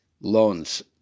loans